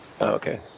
Okay